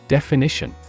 Definition